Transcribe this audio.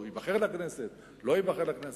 אם הוא ייבחר לכנסת או לא ייבחר לכנסת.